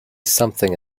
something